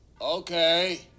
Okay